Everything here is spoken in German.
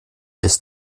ist